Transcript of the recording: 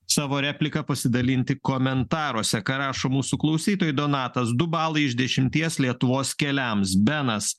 savo replika pasidalinti komentaruose ką rašo mūsų klausytojai donatas du balai iš dešimties lietuvos keliams benas